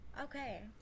Okay